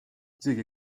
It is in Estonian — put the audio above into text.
isegi